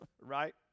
right